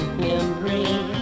memory